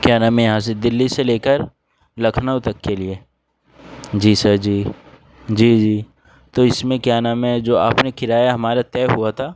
کیا نام ہے یہاں سے دہلی سے لے کر لکھنؤ تک کے لیے جی سر جی جی جی تو اس میں کیا نام ہے جو آپ نے کرایہ ہمارا طے ہوا تھا